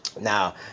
Now